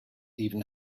even